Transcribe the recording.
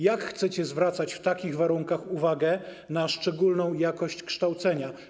Jak chcecie zwracać w takich warunkach uwagę na szczególną jakość kształcenia?